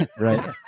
Right